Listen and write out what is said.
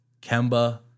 Kemba